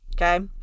Okay